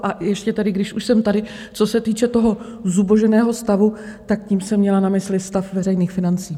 A ještě tedy, když už jsem tady, co se týče toho zuboženého stavu, tak tím jsem měla na mysli stav veřejných financí.